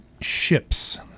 ships